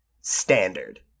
standard